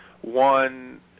one